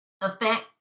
effect